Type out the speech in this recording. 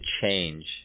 change